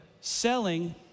selling